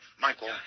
Michael